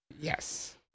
Yes